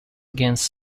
against